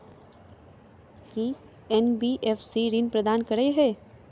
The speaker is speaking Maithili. की एन.बी.एफ.सी ऋण प्रदान करे है?